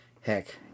heck